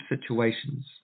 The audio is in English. situations